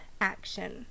action